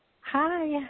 Hi